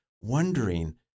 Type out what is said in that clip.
wondering